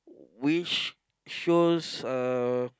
which shows uh